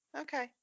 Okay